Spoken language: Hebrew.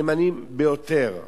מהימנים ביותר.